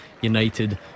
United